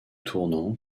tournant